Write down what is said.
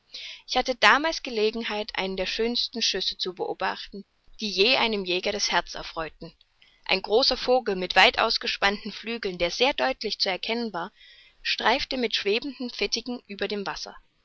ich hatte damals gelegenheit einen der schönsten schüsse zu beobachten die je einem jäger das herz erfreuten ein großer vogel mit weit ausgespannten flügeln der sehr deutlich zu erkennen war streifte mit schwebenden fittigen nahe über dem wasser